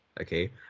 okay